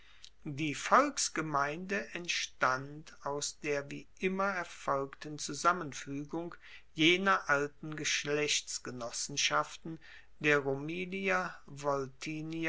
die volksgemeinde entstand aus der wie immer erfolgten zusammenfuegung jener alten geschlechtsgenossenschaften der